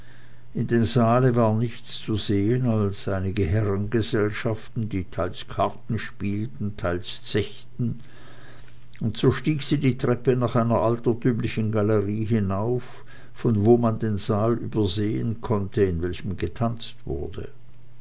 in dem saale war nichts zu sehen als einige herrengesellschaften die teils karten spielten teils zechten und so stieg sie die treppe nach einer altertümlichen galerie hinauf von wo man den saal übersehen konnte in welchem getanzt wurde